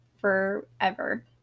forever